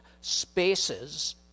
spaces